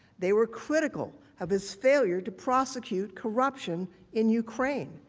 they were critical of his failure to prosecute corruption in ukraine.